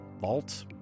vault